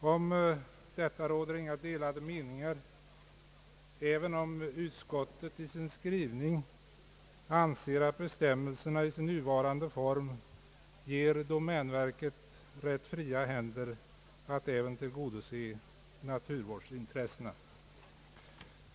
Om detta råder inga delade meningar, även om utskottet i sin skrivning anser att bestämmelserna i sin nuvarande form ger domänverket rätt fria händer att tillgodose även naturvårdsintressena.